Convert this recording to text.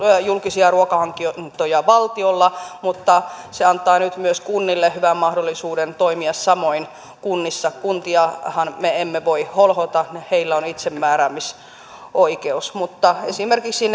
julkisia ruokahankintoja valtiolla mutta se antaa nyt myös kunnille hyvän mahdollisuuden toimia samoin kunnissa kuntiahan me emme voi holhota heillä on itsemääräämisoikeus mutta esimerkiksi